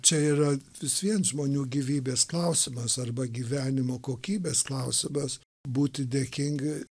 čia yra vis vien žmonių gyvybės klausimas arba gyvenimo kokybės klausimas būti dėkingi